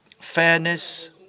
fairness